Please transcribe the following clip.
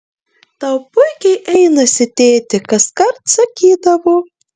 tau puikiai einasi tėti kaskart sakydavo